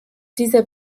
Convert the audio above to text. dieser